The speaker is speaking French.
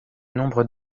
nombre